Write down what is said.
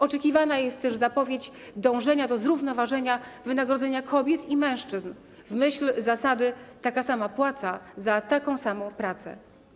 Oczekiwana jest też zapowiedź dążenia do zrównoważenia wynagrodzenia kobiet i mężczyzn w myśl zasady: taka sama płaca za taką samą pracę.